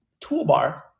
toolbar